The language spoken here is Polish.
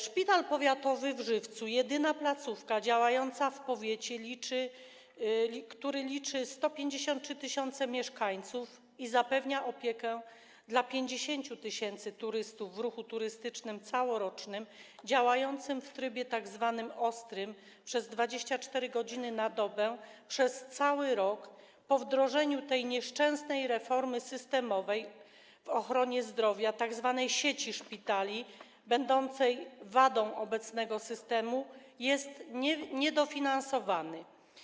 Szpital Powiatowy w Żywcu, jedyna placówka działająca w powiecie, który liczy 153 tys. mieszkańców i zapewnia opiekę 50 tys. turystów w ruchu turystycznym całorocznym, działająca w trybie tzw. ostrym, przez 24 godziny na dobę przez cały rok, po wdrożeniu tej nieszczęsnej reformy systemowej w ochronie zdrowia, tzw. sieci szpitali będącej wadą obecnego systemu, jest niedofinansowany.